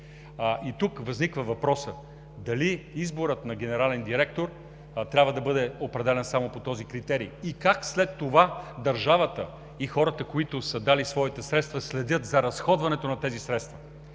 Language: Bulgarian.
И тук изниква въпросът: дали изборът на генерален директор трябва да бъде определян само по този критерий? И как след това държавата и хората, които са дали своите средства, следят за разходването на тези средства?